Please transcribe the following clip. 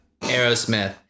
Aerosmith